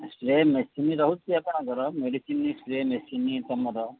spray machine ରହୁଛି ଆପଣଙ୍କର medicine spray machine ତମର